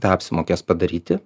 tą apsimokės padaryti